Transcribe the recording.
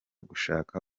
gushaka